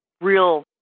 Real